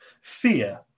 fear